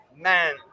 man